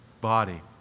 body